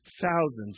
thousands